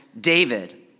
David